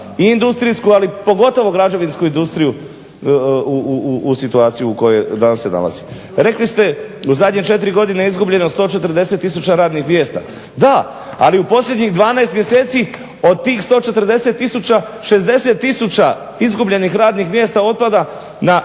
i industrijsku, ali pogotovo građevinsku industriju u situaciju u kojoj danas se nalazi. Rekli ste u zadnje četiri godine je izgubljeno 140000 radnih mjesta. Da, ali u posljednjih 12 mjeseci od tih 140000 60000 izgubljenih radnih mjesta otpada na